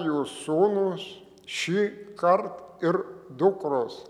jų sūnūs šį kart ir dukros